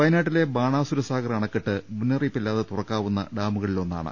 വയനാട്ടിലെ ബാണാസുര സാഗർ അണക്കെട്ട് മുന്നറിയി പ്പില്ലാതെ തുറക്കാവുന്ന ഡാമുകളിലൊന്നാണ്